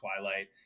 Twilight